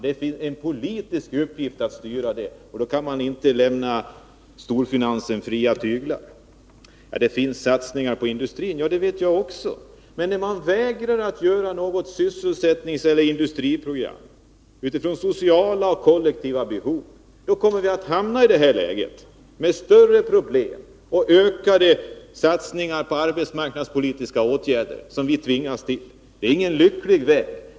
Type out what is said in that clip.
Det är en politisk uppgift att styra utvecklingen dit. Då kan man inte lämna storfinansen fria tyglar. Det sker satsningar på industrin, sade Frida Berglund. Det vet jag också. Men när man vägrar att göra något sysselsättningseller industriprogram utifrån sociala och kollektiva behov, kommer vi att hamna i ett läge med större problem och ökade satsningar på arbetsmarknadspolitiska åtgärder, vilket vi tvingas till nu. Det är inte en lycklig väg.